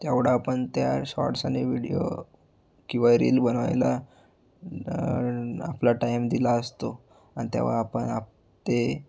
तेवढा पण त्या शॉर्ट्स आणि विडिओ किंवा रील बनवायला आपला टाइम दिला असतो आणि तेव्हा आपण आप ते